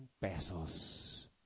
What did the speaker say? pesos